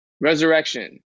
Resurrection